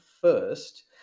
first